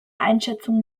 einschätzung